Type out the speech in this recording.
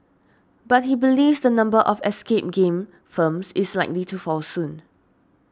but he believes the number of escape game firms is likely to fall soon